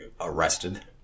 arrested